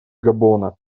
габона